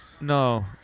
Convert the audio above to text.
No